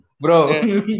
Bro